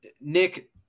Nick